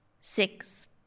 Six